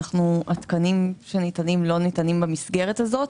התקנים לא ניתנים במסגרת הזו.